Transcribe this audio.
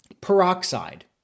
peroxide